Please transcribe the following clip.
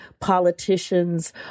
politicians